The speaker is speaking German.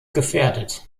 gefährdet